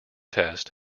test